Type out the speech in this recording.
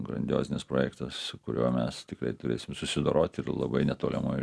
grandiozinis projektas su kuriuo mes tikrai turėsim susidorot ir labai netolimoj